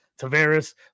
Tavares